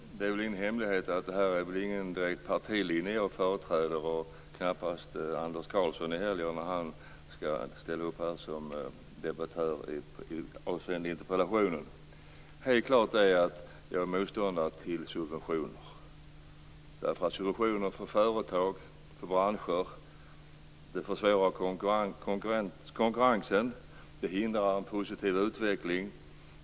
Fru talman! Det är väl ingen hemlighet att jag här inte direkt förträder någon partilinje, och det gör knappast Anders Karlsson heller när han ställer upp här som debattör avseende interpellationen. Helt klart är att jag är motståndare till subventioner. Subventioner för företag och branscher försvårar konkurrensen. Det hindrar en positiv utveckling.